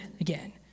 again